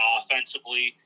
offensively